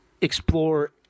explore